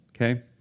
okay